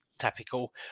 Typical